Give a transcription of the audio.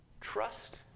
trust